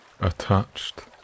attached